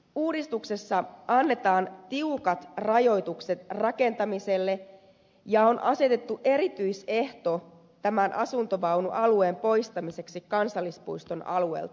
uudistuksessa annetaan tiukat rajoitukset rakentamiselle ja on asetettu erityisehto tämän asuntovaunualueen poistamiseksi kansallispuiston alueelta